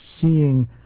seeing